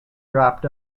dropped